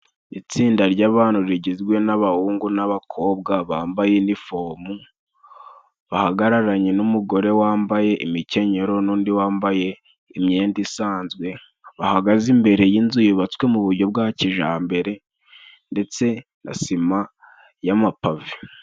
Itsinda ry'abantu rigizwe n'abahungu n'abakobwa bambaye inifomu, bahagararanye n'umugore wambaye imikenyero n'undi wambaye imyenda isanzwe, bahagaze imbere y'inzu yubatswe mu bujyo bwa kijambere ndetse na sima y'amapave.